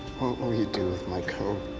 do with my code?